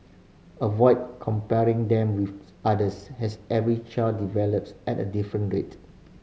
avoid comparing them with others as every child develops at a different rate